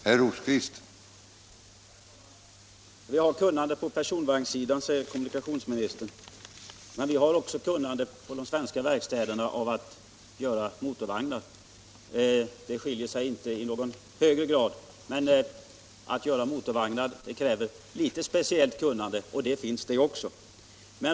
Herr talman! Vi har kunnande på personvagnssidan, säger kommunikationsministern. Men i de svenska verkstäderna finns det också kunnande i fråga om att göra motorvagnar. Det skiljer sig inte i någon högre grad. Att tillverka motorvagnar kräver litet speciellt kunnande, och sådant finns också.